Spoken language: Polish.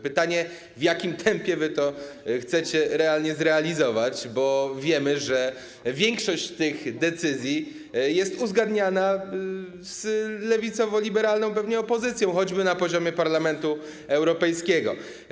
Pytanie, w jakim tempie chcecie to realnie zrealizować, bo wiemy, że większość tych decyzji jest pewnie uzgadniana z lewicowo-liberalną opozycją, choćby na poziomie Parlamentu Europejskiego.